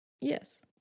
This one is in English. yes